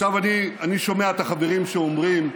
עכשיו, אני שומע את החברים שאומרים,